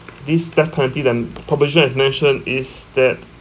this death penalty that proposition has mentioned is that